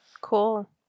Cool